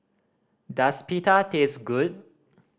does Pita taste good